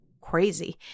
crazy